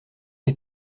les